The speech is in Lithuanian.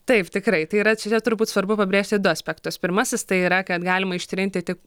taip tikrai tai yra čia turbūt svarbu pabrėžti du aspektus pirmasis tai yra kad galima ištrinti tik